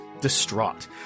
distraught